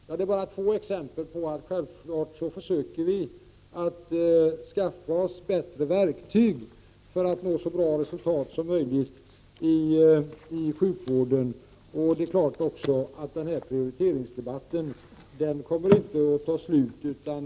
Detta var bara två exempel som visar att vi självfallet försöker skaffa oss bättre verktyg för att nå så bra resultat som möjligt i sjukvården. Det är klart att denna prioriteringsdebatt inte kommer att ta slut.